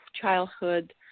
childhood